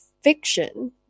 fiction